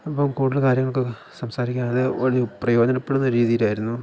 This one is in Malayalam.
അപ്പം കൂടുതല് കാര്യങ്ങളൊക്കെ സംസാരിക്കാതെ വലയ പ്രയോജനപ്പെടുന്ന രീതീലായിരുന്നു